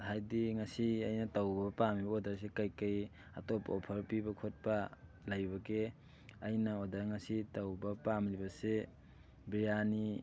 ꯍꯥꯏꯗꯤ ꯉꯁꯤ ꯑꯩꯅ ꯇꯧꯕ ꯄꯥꯝꯃꯤꯕ ꯑꯣꯔꯗꯔꯁꯦ ꯀꯩꯀꯩ ꯑꯇꯣꯞꯄ ꯑꯣꯐꯔ ꯄꯤꯕ ꯈꯣꯠꯄ ꯂꯩꯕꯒꯦ ꯑꯩꯅ ꯑꯣꯔꯗꯔ ꯉꯁꯤ ꯇꯧꯕ ꯄꯥꯝꯂꯤꯕꯁꯦ ꯕ꯭ꯔꯤꯌꯥꯅꯤ